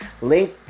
Link